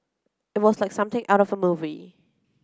it was like something out of a movie